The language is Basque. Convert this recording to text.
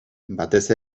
batez